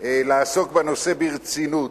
לעסוק בנושא ברצינות,